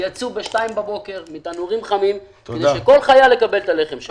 יצאו ב-2:00 לפנות בוקר כדי שכל חייל יקבל את הלחם שלו.